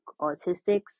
autistics